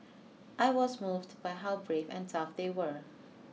I was moved by how brave and tough they were